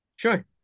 Sure